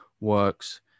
works